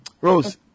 Rose